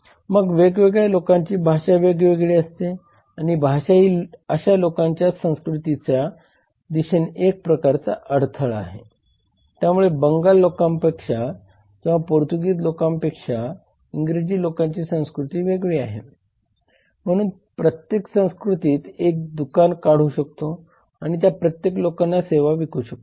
म्हणून आपण व्यवसाय कायद्याकडे येऊया तर कायदे आणि नियमन कायदे प्रशासन न्यायनिवाडा आणि लॉबिंग या 5 घटकांच्या दृष्टीने व्यवसाय कायद्याचे अधिक विश्लेषण केले जाऊ शकते